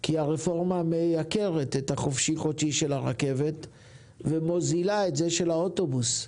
כי הרפורמה מייקרת את החופשי חודשי של הרכבת ומוזילה את זה של האוטובוס.